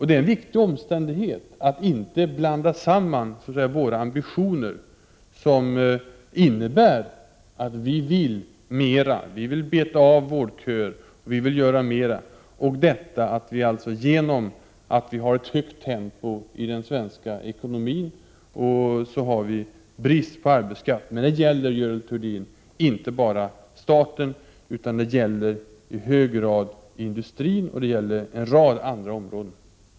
Det är viktigt att inte blanda samman våra ambitioner, som innebär att vi vill mer — beta av vårdköer och göra mera — och att vi genom ett högt tempo i den svenska ekonomin har en brist på arbetskraft. Men det gäller inte bara staten utan också i hög grad industrin och en rad andra områden.